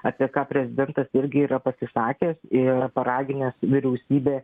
apie ką prezidentas irgi yra pasisakęs ir paraginęs vyriausybę